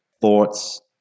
thoughts